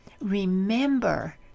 Remember